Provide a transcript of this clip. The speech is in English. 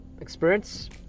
experience